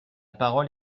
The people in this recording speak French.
parole